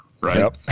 right